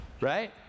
right